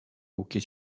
hockey